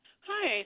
Hi